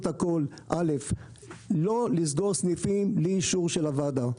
הכול כדי לא לסגור סניפים בלי אישור של הוועדה.